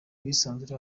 bwisanzure